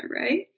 right